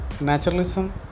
naturalism